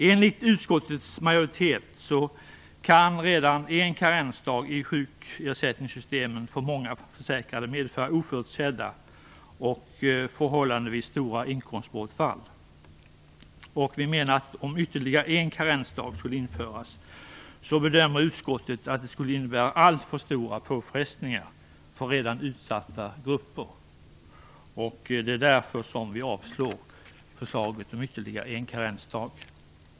Enligt utskottets majoritet kan redan en karensdag i sjukersättningssystemen för många försäkrade medföra oförutsedda och förhållandevis stora inkomstbortfall. Vi menar att om ytterligare en karensdag skulle införas, bedömer utskottet att det skulle innebära alltför stora påfrestningar på redan utsatta grupper. Därför avslår vi förslaget om ytterligare en karensdag.